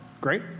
Great